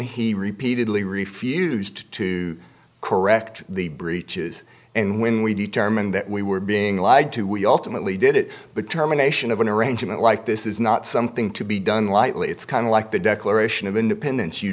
he repeatedly refused to correct the breaches and when we determined that we were being lied to we alternately did it but terminations of an arrangement like this is not something to be done lightly it's kind of like the declaration of independence you